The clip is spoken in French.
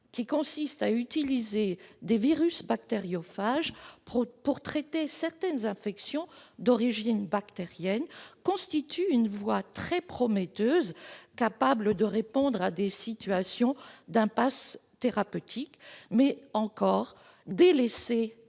qui consiste à utiliser des virus bactériophage pour traiter certaines infections d'origine bactérienne, constitue une voie très prometteuse, capable de répondre à des situations d'impasse thérapeutique. Cette solution